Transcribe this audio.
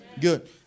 Good